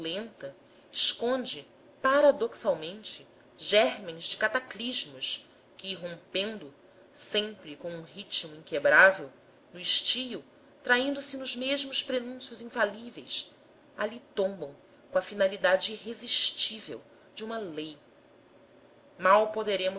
opulenta esconde paradoxalmente germens de cataclismos que irrompendo sempre com um ritmo inquebrável no estio traindo se nos mesmos prenúncios infalíveis ali tombam com a finalidade irresistível de uma lei mal